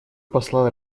посла